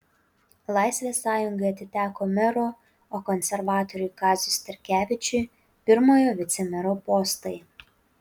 laisvės sąjungai atiteko mero o konservatoriui kaziui starkevičiui pirmojo vicemero postai